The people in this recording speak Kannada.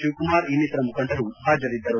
ಶಿವಕುಮಾರ್ ಇನ್ನಿತರ ಮುಖಂಡರು ಹಾಜರಿದ್ದರು